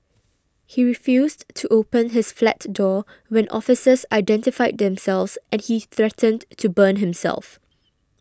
he refused to open his flat door when officers identified themselves and he threatened to burn himself